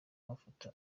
mafoto